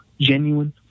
genuine